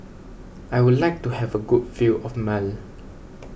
I would like to have a good view of Male